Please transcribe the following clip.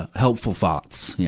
ah helpful thoughts, yeah